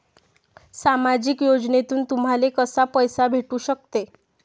सामाजिक योजनेतून तुम्हाले कसा पैसा भेटू सकते?